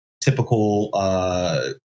typical